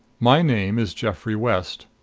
my name is geoffrey west.